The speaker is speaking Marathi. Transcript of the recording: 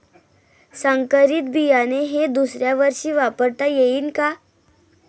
संकरीत बियाणे हे दुसऱ्यावर्षी वापरता येईन का?